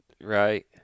Right